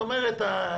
זאת אומרת,